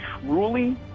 truly